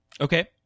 Okay